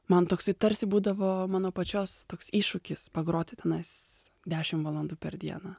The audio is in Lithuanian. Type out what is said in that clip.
man toks tarsi būdavo mano pačios toks iššūkis pagroti tenais dešim valandų per dieną